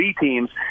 teams